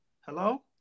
Hello